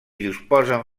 disposen